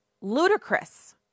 ludicrous